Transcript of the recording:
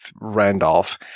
Randolph